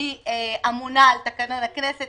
אני אמונה על תקנון הכנסת,